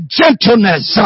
gentleness